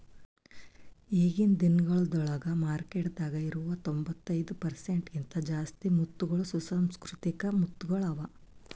ಈಗಿನ್ ದಿನಗೊಳ್ದಾಗ್ ಮಾರ್ಕೆಟದಾಗ್ ಇರವು ತೊಂಬತ್ತೈದು ಪರ್ಸೆಂಟ್ ಕಿಂತ ಜಾಸ್ತಿ ಮುತ್ತಗೊಳ್ ಸುಸಂಸ್ಕೃತಿಕ ಮುತ್ತಗೊಳ್ ಅವಾ